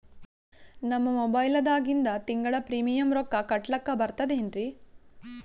ನಮ್ಮ ಮೊಬೈಲದಾಗಿಂದ ತಿಂಗಳ ಪ್ರೀಮಿಯಂ ರೊಕ್ಕ ಕಟ್ಲಕ್ಕ ಬರ್ತದೇನ್ರಿ?